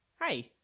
Hi